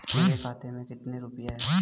मेरे खाते में कितने रुपये हैं?